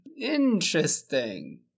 Interesting